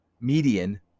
median